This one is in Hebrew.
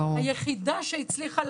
היחידה שהצליחה,